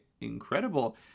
incredible